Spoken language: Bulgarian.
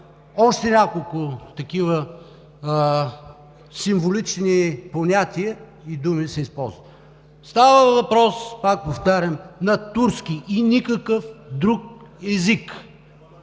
още няколко такива символични понятия и думи, които се използват. Става въпрос, пак повтарям, на турски и никакъв друг език!